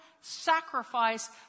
sacrifice